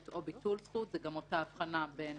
או ביטול זכות" זו גם אותה הבחנה בין